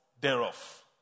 thereof